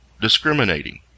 discriminating